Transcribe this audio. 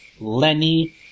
Lenny